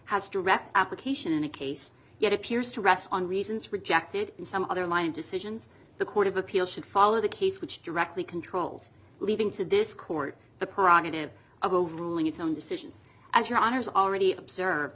has direct application in a case yet appears to rest on reasons rejected in some other line decisions the court of appeal should follow the case which directly controls leading to this court the prerogative of a ruling its own decisions as your honour's already observed